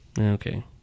Okay